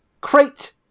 crate